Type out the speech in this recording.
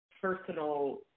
personal